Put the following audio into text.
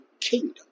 Kingdom